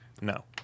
No